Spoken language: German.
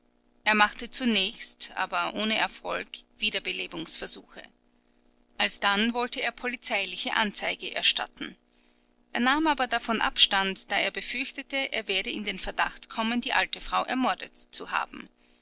er machte zunächst aber ohne erfolg wiederbelebungsversuche alsdann wollte er polizeiliche anzeige erstatten er nahm aber davon abstand da er befürchtete er werde in den verdacht kommen die alte frau ermordet zu haben